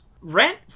rent